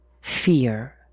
fear